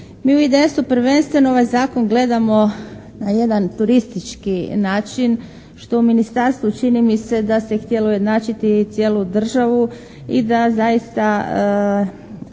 Mi u IDS-u prvenstveno ovaj zakon gledamo na jedan turistički način što u ministarstvu čini mi se da se htjelo ujednačiti cijelu državu i da zaista